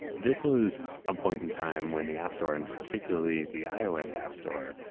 this was a point in time when the app store, and particularly the ios app store,